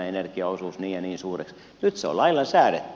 nyt se on lailla säädetty